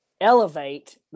elevate